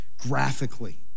graphically